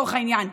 לצורך העניין,